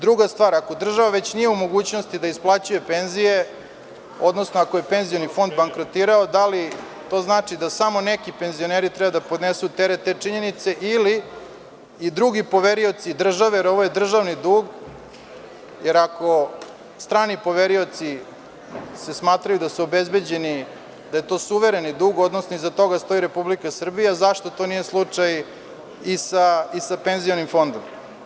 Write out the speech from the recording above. Druga stvar, ako već država nije u mogućnosti da isplaćuje penzije, odnosno ako je Penzioni fond bankrotirao da li to znači da samo neki penzioneri treba da podnesu teret te činjenice ili i drugi poverioci države, jer ovo je državni dug, jer ako strani poverioci se smatraju da su obezbeđeni, da je to suvereni dug, odnosno iza toga stoji Republika Srbija zašto to nije slučaj i sa Penzionim fondom.